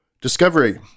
Discovery